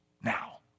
now